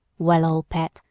well, old pet,